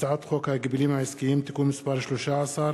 הצעת חוק ההגבלים העסקיים (תיקון מס' 13),